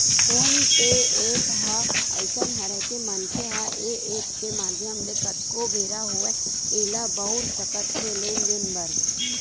phone पे app ह अइसन हरय के मनखे ह ऐ ऐप के माधियम ले कतको बेरा होवय ऐला बउर सकत हे लेन देन बर